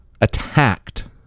attacked